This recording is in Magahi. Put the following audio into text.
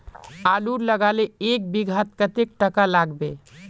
आलूर लगाले एक बिघात कतेक टका लागबे?